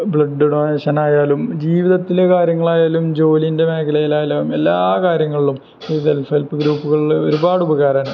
blood donation ആയാലും ജീവിതത്തിലെ കാര്യങ്ങളായാലും ജോലിയുടെ മേഖലയിൽ ആയാലും എല്ലാ കാര്യങ്ങളിലും ഈ സെല്ഫ് ഹെല്പ് ഗ്രൂപ്പുകളില് ഒരുപാട് ഉപകാരമാണ്